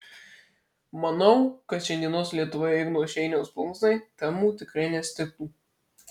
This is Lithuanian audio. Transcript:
manau kad šiandienos lietuvoje igno šeiniaus plunksnai temų tikrai nestigtų